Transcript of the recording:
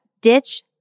ditch